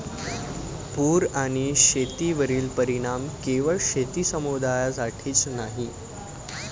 पूर आणि शेतीवरील परिणाम केवळ शेती समुदायासाठीच नाही